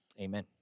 amen